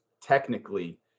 technically